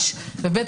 סיפרת